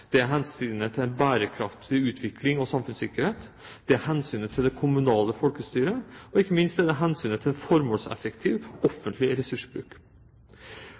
Det er hensynet til en bærekraftig utvikling og samfunnssikkerhet. Det er hensynet til det kommunale folkestyret, og ikke minst er det hensynet til en formålseffektiv offentlig ressursbruk.